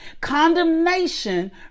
Condemnation